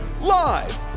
Live